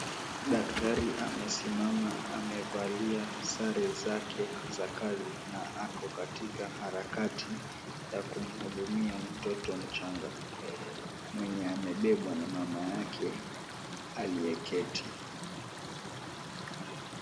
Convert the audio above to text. Daktari amesimama amevalia sare zake za kazi na ako katika harakati ya kumhudumia mtoto mchanga mwenye amebebwa na mama yake aliyeketi.